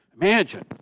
imagine